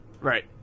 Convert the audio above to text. right